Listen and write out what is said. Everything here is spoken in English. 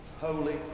holy